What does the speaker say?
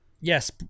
yes